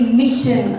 mission